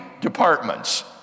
departments